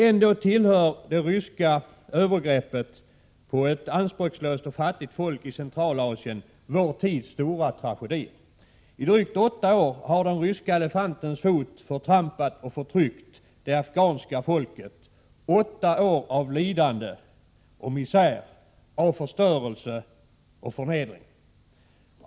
Ändå tillhör det ryska övergreppet på ett anspråkslöst och fattigt folk i Centralasien vår tids stora tragedier. I drygt åtta år har den ryska elefantens fot förtrampat och förtryckt det afghanska folket — åtta år av lidande och misär, av förstörelse och förnedring.